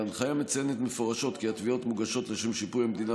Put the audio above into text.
ההנחיה מציינת מפורשות כי התביעות מוגשות לשם שיפוי המדינה